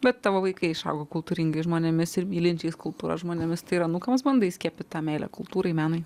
bet tavo vaikai išaugo kultūringais žmonėmis ir mylinčiais kultūrą žmonėmis tai ir anūkams bandai įskiepyt tą meilę kultūrai menui